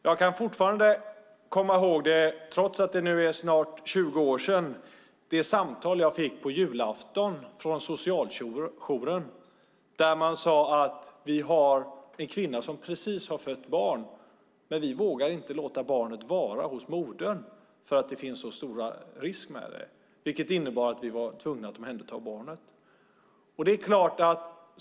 Jag kan fortfarande, trots att det nu är snart 20 år sedan, komma ihåg det samtal jag fick från socialjouren på julafton, där man sade att man hade en kvinna som precis hade fött barn men att man inte vågade låta barnet vara hos modern eftersom det fanns en så stor risk. Det innebar att vi var tvungna att omhänderta barnet.